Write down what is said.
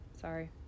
sorry